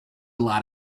lot